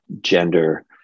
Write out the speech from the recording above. gender